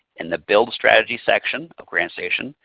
in the build strategy section of grantstation,